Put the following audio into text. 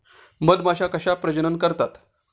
मधमाश्या कशा प्रजनन करतात?